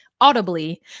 audibly